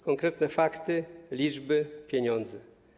Konkretne fakty, liczby, pieniądze.